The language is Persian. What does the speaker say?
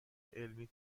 علمی